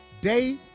day